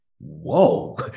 whoa